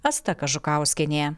asta kažukauskienė